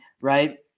Right